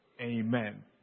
Amen